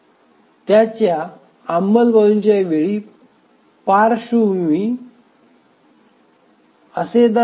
येथे त्याच्या अंमलबजावणीच्या वेळी पार्श्वभूमी दर्शवा